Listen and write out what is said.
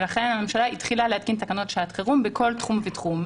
ולכן הממשלה התחילה להתקין תקנות שעת חירום בכל תחום ותחום.